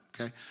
Okay